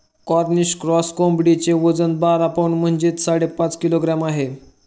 Cornish cross कोंबडीचे वजन बारा पौंड म्हणजेच साडेपाच किलोग्रॅम आहे